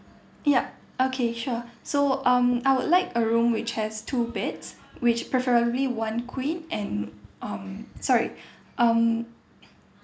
yup okay sure so um I would like a room which has two beds which preferably one queen and um sorry um